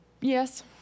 Yes